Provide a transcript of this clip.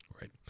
Right